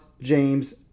James